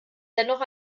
dennoch